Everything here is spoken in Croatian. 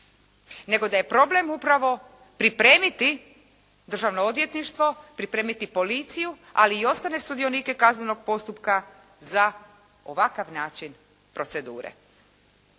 nego da je problem upravo pripremiti državno odvjetništvo, pripremiti policiju, ali i ostale sudionike kaznenog postupka za ovakav način procedure.